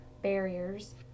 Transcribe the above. barriers